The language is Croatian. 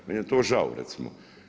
Meni je to žao recimo.